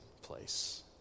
place